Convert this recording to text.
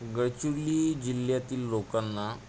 गडचिरोली जिल्ह्यातील लोकांना